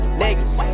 niggas